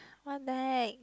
one bag